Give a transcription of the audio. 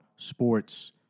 sports